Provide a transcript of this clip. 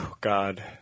God